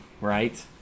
right